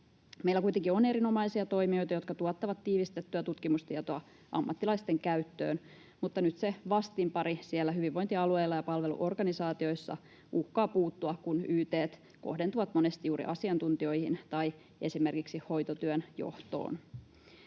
Meillä kuitenkin on erinomaisia toimijoita, jotka tuottavat tiivistettyä tutkimustietoa ammattilaisten käyttöön, mutta nyt se vastinpari siellä hyvinvointialueilla ja palveluorganisaatioissa uhkaa puuttua, kun yt:t kohdentuvat monesti juuri asiantuntijoihin tai esimerkiksi hoitotyön johtoon.